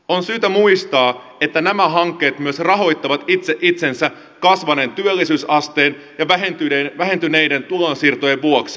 on syytä muistaa että nämä hankkeet myös rahoittavat itse itsensä kasvaneen työllisyysasteen ja vähentyneiden tulonsiirtojen vuoksi